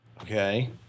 Okay